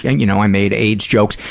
yeah and you know, i made aids jokes,